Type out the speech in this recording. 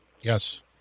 Yes